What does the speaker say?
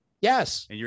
Yes